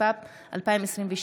התשפ"ב 2022,